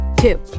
two